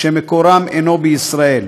שמקורם אינו בישראל.